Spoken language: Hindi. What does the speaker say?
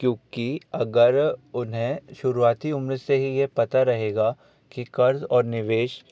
क्योंकि अगर उन्हें शुरुआती उम्र से ही ये पता रहेगा कि कर्ज और निवेश